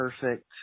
perfect